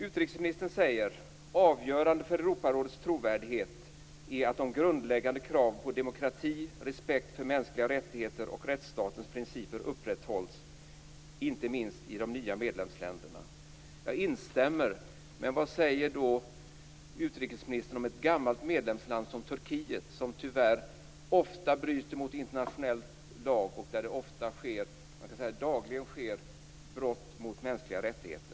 Utrikesministern säger: "Avgörande för Europarådets trovärdighet är att de grundläggande kraven på demokrati, respekt för mänskliga rättigheter och rättsstatens principer upprätthålls, inte minst i de nya medlemsländerna." Jag instämmer i det. Men vad säger då utrikesministern om ett gammalt medlemsland som Turkiet som, tyvärr, ofta bryter mot internationell lag och där man kan säga att det dagligen sker brott mot mänskliga rättigheter?